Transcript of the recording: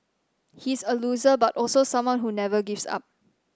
he's a loser but also someone who never gives up